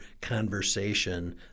conversation